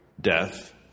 death